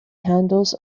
handles